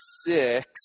six